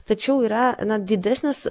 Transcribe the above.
tačiau yra na didesnis